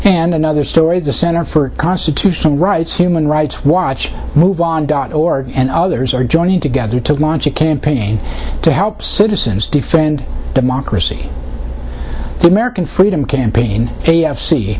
and another story the center for constitutional rights human rights watch move on dot org and others are joining together to launch a campaign to help citizens defend democracy the american freedom campaign see